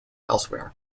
elsewhere